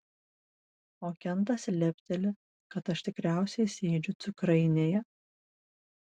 o kentas lepteli kad aš tikriausiai sėdžiu cukrainėje